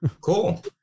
Cool